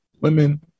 women